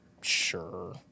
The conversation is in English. Sure